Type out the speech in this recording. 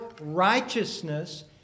righteousness